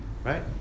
right